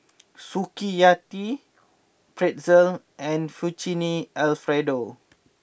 Sukiyaki Pretzel and Fettuccine Alfredo